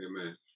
Amen